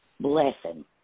blessing